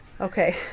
Okay